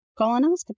colonoscopy